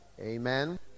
Amen